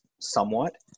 somewhat